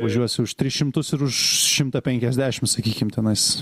važiuosi už tris šimtus ir už šimtą penkiasdešim sakykim tenais